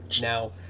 now